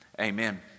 amen